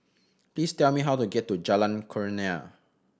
please tell me how to get to Jalan Kurnia